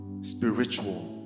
spiritual